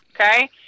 Okay